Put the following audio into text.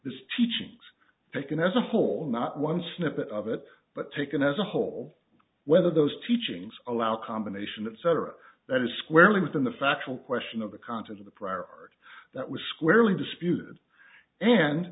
this teachings taken as a whole not one snippet of it but taken as a whole whether those teachings allow combination of cetera that is squarely within the factual question of the content of the priority that was squarely disputed and